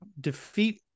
defeat